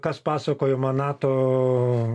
kas pasakojama nato